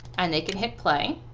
and they can hit play.